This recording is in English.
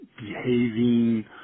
behaving